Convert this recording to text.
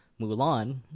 Mulan